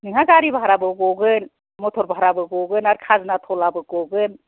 नोंहा गारि भाराबो गगोन मथर भाराबो गगोन आरो खाजोना थलाबो गगोन